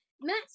Matt